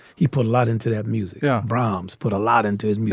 he put a lot into that music. yeah brahms put a lot into it.